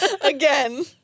again